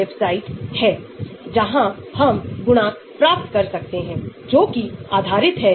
यह electronic feature के संबंध में है